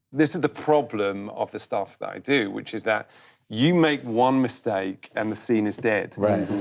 this is the problem of the stuff that i do which is that you make one mistake and the scene is dead. right.